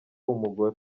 umugore